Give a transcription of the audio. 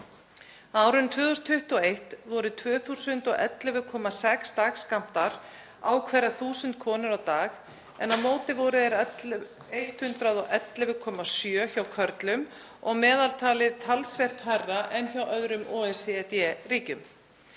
árinu 2021 voru 211,6 dagskammtar á hverja 1.000 konur á dag en á móti voru þeir 111,7 hjá körlum og meðaltalið talsvert hærra en í öðrum OECD-ríkjum.